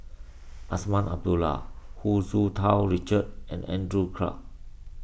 Azman Abdullah Hu Tsu Tau Richard and Andrew Clarke